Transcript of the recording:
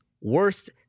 worst